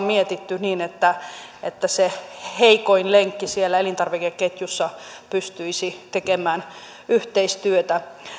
mietitty niin että että se heikoin lenkki siellä elintarvikeketjussa pystyisi tekemään yhteistyötä